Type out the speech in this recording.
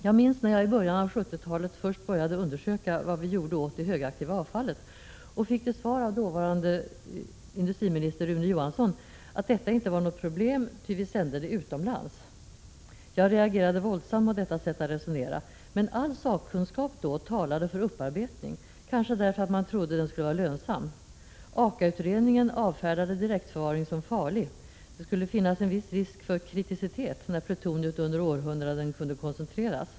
När jag i början av 1970-talet först började undersöka vad vi gjorde åt det högaktiva avfallet, fick jag till svar av den dåvarande industriministern Rune Johansson att detta inte var något problem, ty vi sänder det utomlands. Jag minns att jag reagerade våldsamt mot detta sätt att resonera. Men all sakkunskap då talade för upparbetning, kanske därför att man trodde att den skulle vara lönsam. AKA-utredningen avfärdade direktförvaring som farlig. Det skulle finnas en viss risk för kriticitet när plutoniet under århundraden kunde koncentreras.